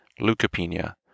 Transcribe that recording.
leukopenia